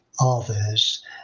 others